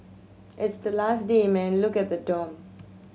it's the last day man look at the dorm